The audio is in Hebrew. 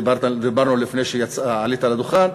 דיברנו לפני שעלית לדוכן,